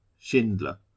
Schindler